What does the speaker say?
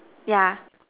yeah